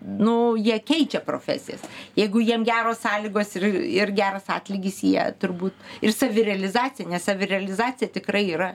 nu jie keičia profesijas jeigu jiem geros sąlygos ir ir geras atlygis jie turbūt ir savirealizacija nes savirealizacija tikrai yra